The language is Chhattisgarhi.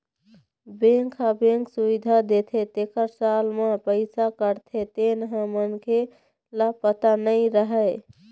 बेंक ह बेंक सुबिधा देथे तेखर साल म पइसा काटथे तेन ह मनखे ल पता नइ रहय